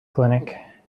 clinic